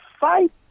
fight